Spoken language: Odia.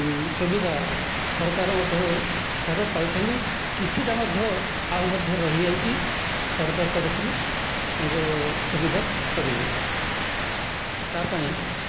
ସୁବିଧା ସରକାର ମଧ୍ୟଙ୍କ ଠାରୁ ପାଇଛନ୍ତି କିଛିଟା ମଧ୍ୟ ଆଉ ମଧ୍ୟ ରହିଯାଇଛି ସରକାର ତରଫରୁ ତାଙ୍କର ସୁବିଧା କରିବେ ତା'ପାଇଁ